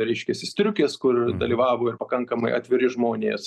reiškiasi striukės kur dalyvavo ir pakankamai atviri žmonės